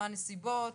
מה הנסיבות,